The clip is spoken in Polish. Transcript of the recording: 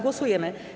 Głosujemy.